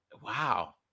wow